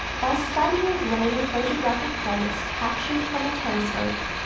by studying grainy photographic plates captured from a telescope,